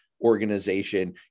organization